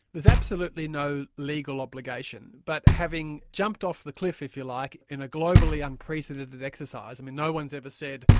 there's absolutely no legal obligation. but having jumped off the cliff, if you like, in a globally unprecedented exercise, i mean, no one's ever said,